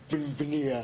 הבנייה.